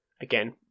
Again